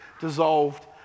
dissolved